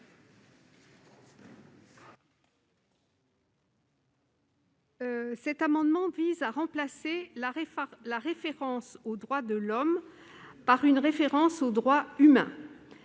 Cet amendement vise à remplacer la référence aux droits de l'homme par une référence aux droits humains.